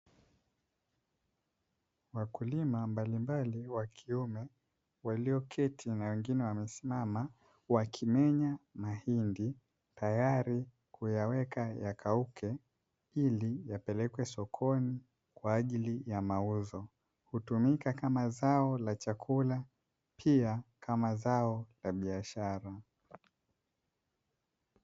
Wakulima mbalimbali wa kiume walioketi na wengine wamesimama wakimenya mahindi tayari kuyaweka yakauke ili yapelekwe sokoni kwa ajili ya mauzo, hutumika kama zao na chakula pia kama zao la biashara.